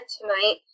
tonight